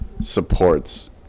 supports